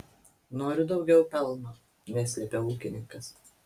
noriu daugiau pelno neslėpė ūkininkas